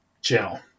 channel